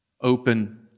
open